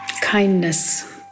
kindness